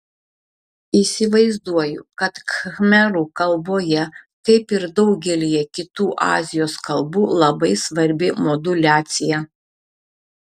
įsivaizduoju kad khmerų kalboje kaip ir daugelyje kitų azijos kalbų labai svarbi moduliacija